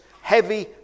heavy